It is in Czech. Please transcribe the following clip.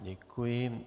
Děkuji.